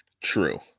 True